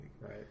Right